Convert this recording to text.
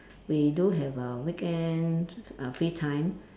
we do have uh weekend uh free time